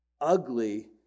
ugly